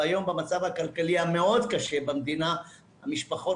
היום במצב הכלכלי המאוד קשה במדינה המשפחות